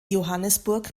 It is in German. johannesburg